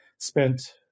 spent